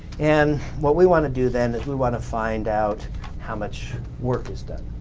and what we want to do then is we want to find out how much work is done.